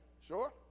Sure